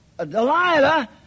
Delilah